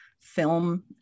film